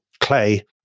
clay